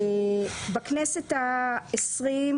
בכנסת ה-22